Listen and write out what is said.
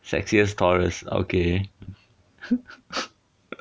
sexiest taurus okay